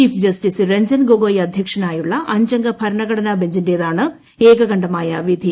chief justice Ranjan Gogoi അധ്യക്ഷനായുള്ള അഞ്ചംഗ ഭരണഘടനാ ബെഞ്ചിന്റേതാണ് ഏകകണ്ഠമായ വിധി